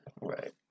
Right